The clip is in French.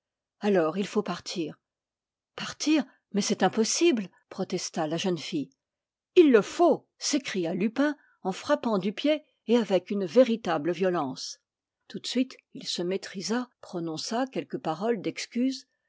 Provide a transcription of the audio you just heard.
alors il faut partir partir mais c'est impossible protesta la jeune fille il le faut s'écria lupin en frappant du pied et avec une véritable violence tout de suite il se maîtrisa prononça quelques paroles d'excuse